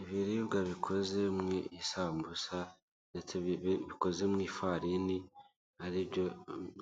Ibiribwa bikoze mw'isambusa ndetse bikoze mw'ifarini aribyo